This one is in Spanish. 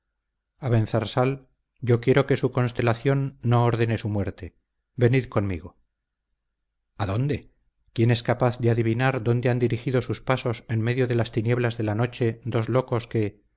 ese arenero abenzarsal yo quiero que su constelación no ordene su muerte venid conmigo adónde quién es capaz de adivinar dónde han dirigido sus pasos en medio de las tinieblas de la noche dos locos que